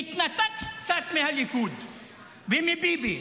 והתנתקת קצת מהליכוד ומביבי.